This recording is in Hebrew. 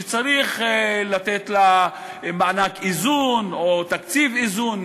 שצריך לתת לה מענק איזון או תקציב איזון,